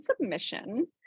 submission